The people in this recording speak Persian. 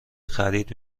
خرید